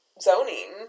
zoning